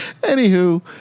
Anywho